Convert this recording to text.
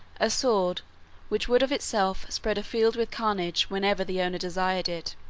a sword which would of itself spread a field with carnage whenever the owner desired it.